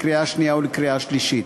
לקריאה שנייה ולקריאה שלישית.